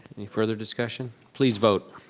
any further discussion? please vote.